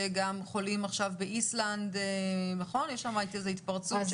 שגם באיסלנד יש התפרצות.